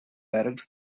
directs